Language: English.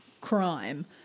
crime